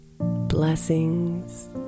Blessings